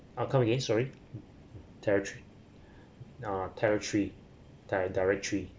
ah come again sorry territory ah territory diet directory